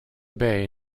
bay